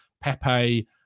Pepe